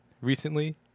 recently